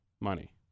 money